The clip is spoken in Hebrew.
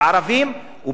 ובזה הוא הצליח.